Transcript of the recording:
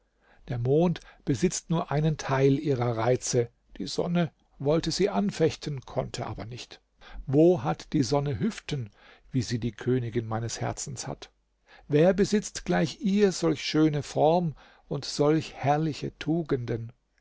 der mond besitzt nur einen teil ihrer reize die sonne wollte sie anfechten konnte aber nicht wo hat die sonne hüften wie sie die königin meines herzens hat wer besitzt gleich ihr solche schöne form und solch herrliche tugenden